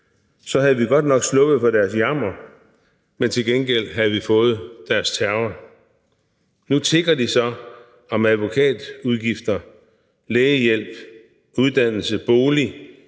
Så var vi godt nok sluppet for deres jammer, men til gengæld havde vi fået deres terror. Nu tigger de så om hjælp til advokatudgifter, læge, uddannelse, bolig;